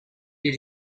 did